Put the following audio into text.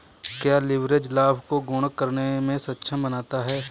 क्या लिवरेज लाभ को गुणक करने में सक्षम बनाता है?